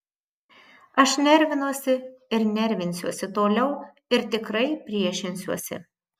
aš nervinuosi ir nervinsiuosi toliau ir tikrai priešinsiuosi